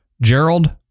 Gerald